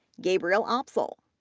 gabriel opsahl,